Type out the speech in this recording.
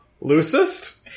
Loosest